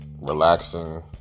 relaxing